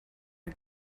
are